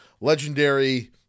legendary